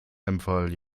empfahl